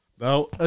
No